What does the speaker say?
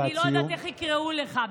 אני לא יודעת איך יקראו לך.